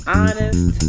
honest